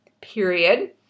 period